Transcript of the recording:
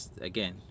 again